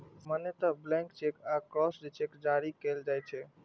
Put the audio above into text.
सामान्यतः blank cheque आ crossed cheque जारी कैल जाइ छै